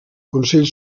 consell